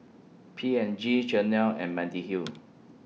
P and G Chanel and Mediheal